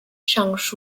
上述